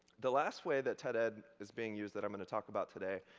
the last way that ted-ed is being used, that i'm going to talk about today,